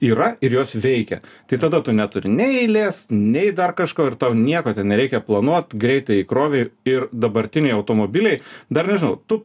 yra ir jos veikia tai tada tu neturi nei eilės nei dar kažko ir tau nieko ten nereikia planuot greitai įkrovė ir dabartiniai automobiliai dar nežinau tu